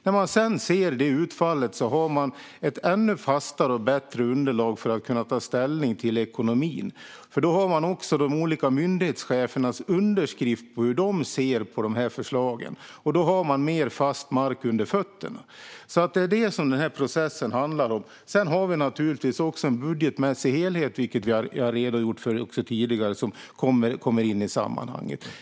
När man sedan ser utfallet har man ett ännu fastare och bättre underlag för att kunna ta ställning till ekonomin, för då har man också de olika myndighetschefernas underskrifter på hur de ser på förslagen. Då har man mer fast mark under fötterna. Det är det som den här processen handlar om. Sedan har vi naturligtvis också en budgetmässig helhet som kommer in i sammanhanget, vilket jag har redogjort för tidigare.